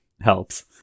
Helps